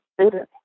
students